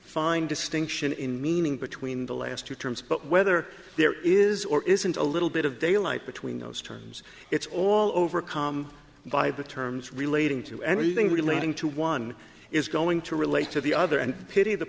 fine distinction in meaning between the last two terms but whether there is or isn't a little bit of daylight between those terms it's all overcome by the terms relating to anything relating to one is going to relate to the other and pity the